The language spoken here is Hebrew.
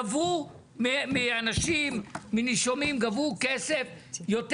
גבו מנישומים יותר כסף ממה שהיה צריך,